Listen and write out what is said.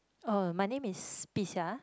oh my name is Bi-Xia